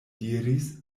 diris